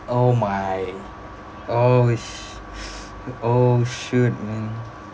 oh my oh sh~ oh shoot man